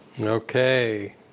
Okay